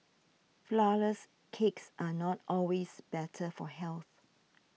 Flourless Cakes are not always better for health